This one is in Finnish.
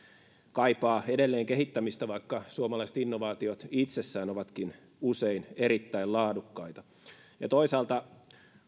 kaipaavat edelleen kehittämistä vaikka suomalaiset innovaatiot itsessään ovatkin usein erittäin laadukkaita toisaalta